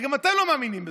הרי גם אתם לא מאמינים בזה.